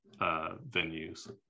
venues